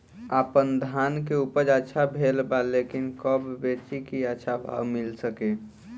आपनधान के उपज अच्छा भेल बा लेकिन कब बेची कि अच्छा भाव मिल सके?